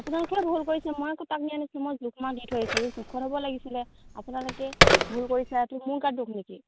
আপোনালোকে ভুল কৰিছে মই জোখ মাখ দি জোখত হ'ব লাগছিলে আপোনালোকে ভুল কৰিছে মোৰ গাত দোষ নেকি